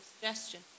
suggestion